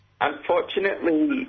Unfortunately